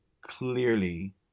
clearly